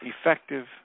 effective